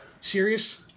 Serious